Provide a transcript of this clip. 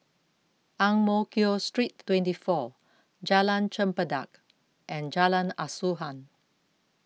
Ang Mo Kio Street twenty four Jalan Chempedak and Jalan Asuhan